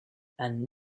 and